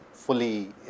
fully